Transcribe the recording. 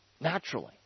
naturally